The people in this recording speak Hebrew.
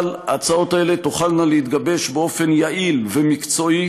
אבל ההצעות האלה תוכלנה להתגבש באופן יעיל ומקצועי